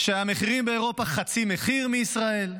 שהמחירים באירופה הם חצי מחיר מישראל?